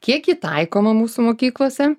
kiek ji taikoma mūsų mokyklose